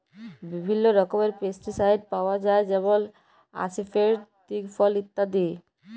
বিভিল্ল্য রকমের পেস্টিসাইড পাউয়া যায় যেমল আসিফেট, দিগফল ইত্যাদি